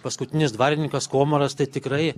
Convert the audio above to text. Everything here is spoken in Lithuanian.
paskutinis dvarininkas komaras tai tikrai